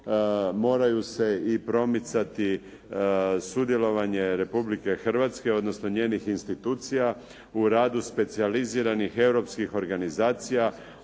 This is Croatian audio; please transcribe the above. moraju se i promicati sudjelovanje Republike Hrvatske odnosno njenih institucija u radu specijaliziranih europskih organizacija